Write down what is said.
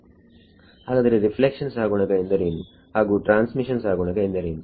ಹಾಗಾದರೆ ರಿಫ್ಲೆಕ್ಷನ್ ಸಹಗುಣಕ ಎಂದರೇನು ಹಾಗು ಟ್ರಾನ್ಸ್ಮಿಷನ್ ಸಹಗುಣಕ ಎಂದರೇನು